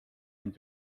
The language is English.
and